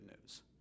news